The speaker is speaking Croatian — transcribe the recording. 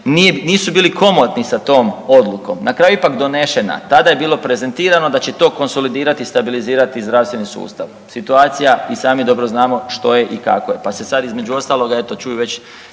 nisu bili komotni sa tom odlukom, na kraju je ipak donešena. Tada je bilo prezentirano da će to konsolidirati i stabilizirati zdravstveni sustav. Situacija i sami dobro znamo što je i kako je, pa se sad između ostaloga eto čuju već